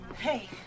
hey